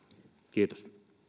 kiitos